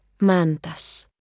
mantas